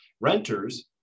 Renters